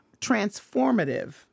transformative